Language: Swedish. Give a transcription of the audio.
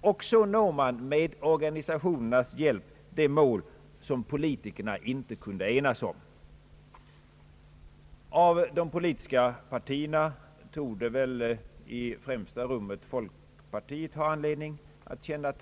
På så sätt har man med organisationernas hjälp nått det mål som politikerna inte kunde enas om. Av de politiska partierna torde väl i främsta rummet folkpartiet ha anledning att känna